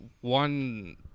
one